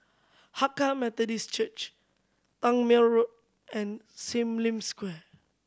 Hakka Methodist Church Tangmere Road and Sim Lim Square